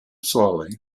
slowly